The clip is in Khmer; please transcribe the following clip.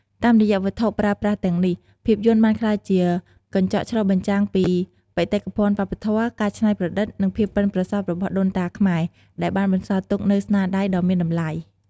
តាមរយៈវត្ថុប្រើប្រាស់ទាំងនេះ ភាពយន្តបានក្លាយជាកញ្ចក់ឆ្លុះបញ្ចាំងពីបេតិកភណ្ឌវប្បធម៌ ការច្នៃប្រឌិត និងភាពប៉ិនប្រសប់របស់ដូនតាខ្មែរ ដែលបានបន្សល់ទុកនូវស្នាដៃដ៏មានតម្លៃ។